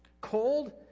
Cold